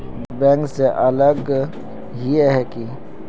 Bank से अलग हिये है की?